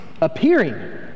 appearing